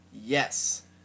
yes